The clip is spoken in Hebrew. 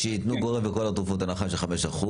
שייתנו גורף בכל התרופות הנחה של 5%,